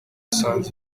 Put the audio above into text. usanze